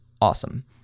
awesome